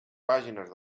pàgines